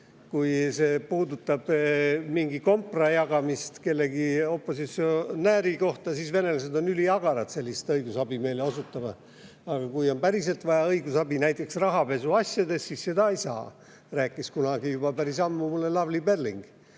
kui see puudutab mingi kompra jagamist kellegi opositsionääri kohta, siis venelased on üliagarad sellist õigusabi meile osutama, aga kui on päriselt vaja õigusabi, näiteks rahapesuasjades, siis seda ei saa. Seda rääkis kunagi, juba päris ammu mulle Lavly Perling.